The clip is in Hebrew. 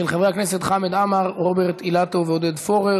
של חבר הכנסת חמד עמאר, רוברט אילטוב ועודד פורר.